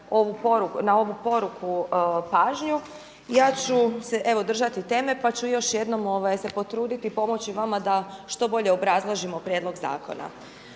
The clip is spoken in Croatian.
na ovu poruku pažnju ja ću se evo držati teme pa ću još jednom se potruditi pomoći vama da što bolje obrazložimo prijedlog zakona.